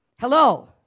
Hello